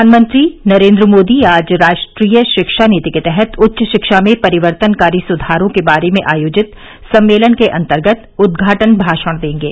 प्रधानमंत्री नरेन्द्र मोदी आज राष्ट्रीय शिक्षा नीति के तहत उच्च शिक्षा में परिवर्तनकारी सुधारों के बारे में आयोजित सम्मेलन के अंतर्गत उद्घाटन भाषण देंगे